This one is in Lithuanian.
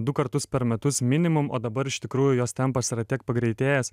du kartus per metus minimum o dabar iš tikrųjų jos tempas yra tiek pagreitėjęs